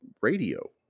radio